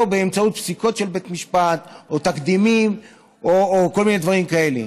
באמצעות פסיקות של בית משפט או תקדימים או כל מיני דברים כאלה.